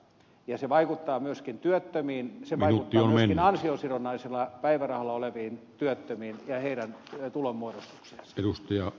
ja se vaikuttaa myöskin työttömiin se vaikuttaa myöskin ansiosidonnaisella päivärahalla oleviin työttömiin ja heidän tulonmuodostukseensa